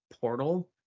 portal